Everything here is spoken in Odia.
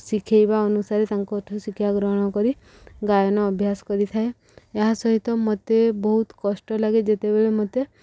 ଶିଖେଇବା ଅନୁସାରେ ତାଙ୍କଠୁ ଶିକ୍ଷା ଗ୍ରହଣ କରି ଗାୟନ ଅଭ୍ୟାସ କରିଥାଏ ଏହା ସହିତ ମୋତେ ବହୁତ କଷ୍ଟ ଲାଗେ ଯେତେବେଳେ ମୋତେ